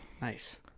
Nice